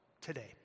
today